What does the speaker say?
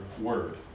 word